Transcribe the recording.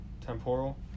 temporal